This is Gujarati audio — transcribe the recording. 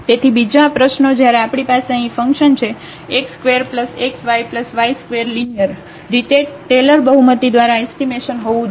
તેથી બીજી પ્રશ્નો જ્યારે આપણી પાસે અહીં ફંક્શન છે x² xy y ² લીનીઅર રીતે તેલર બહુમતી દ્વારા એસ્ટીમેશન હોવું જોઈએ